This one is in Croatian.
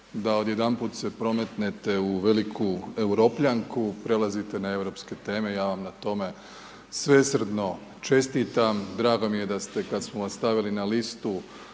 da odjedanput se prometnete u veliku Europljanku, prelazite na europske teme, ja vam na to svesrdno čestitam, drago mi je da ste kad smo vas stavili listu